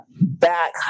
back